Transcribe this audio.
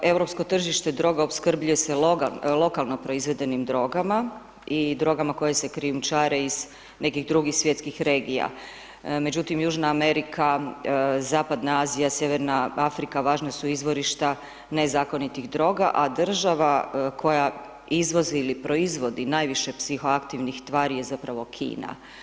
Europsko tržište droga opskrbljuje se lokalno proizvedenim drogama i drogama koje se krijumčare iz nekih drugih svjetskih regija međutim Južna Amerika, zapadna Azija, Sjeverna Afrika, važna su izvorišta nezakonitih droga a država koja izvozi ili proizvodi najviše psihoaktivnih tvari je zapravo Kina.